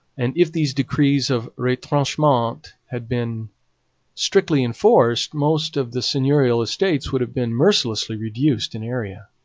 and if these decrees of retrenchment had been strictly enforced most of the seigneurial estates would have been mercilessly reduced in area.